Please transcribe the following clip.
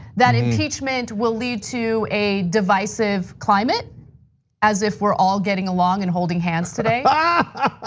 that impeachment will lead to a divisive climate as if we are all getting along and holding hands today. ah